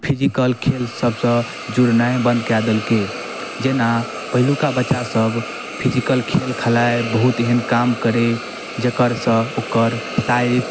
physical खेलसबसँ जुड़नाइ बन्द कऽ देलकै जेना पहिलुका बच्चासभ फिजिकल खेल खेलाइ बहुत एहन काम करै जकरासँ ओकर शारीरिक